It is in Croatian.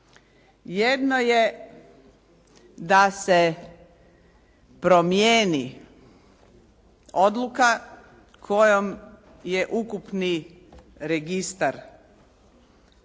Jedno je da se promijeni odluka kojom je ukupni registar